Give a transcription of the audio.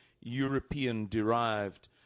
European-derived